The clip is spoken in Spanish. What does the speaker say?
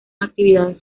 actividades